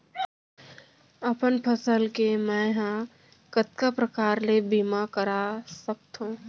अपन फसल के मै ह कतका प्रकार ले बीमा करा सकथो?